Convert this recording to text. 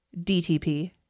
DTP